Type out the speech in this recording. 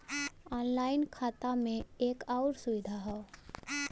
online खाता में एक आउर सुविधा हौ